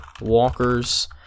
walkers